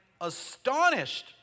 astonished